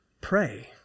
Pray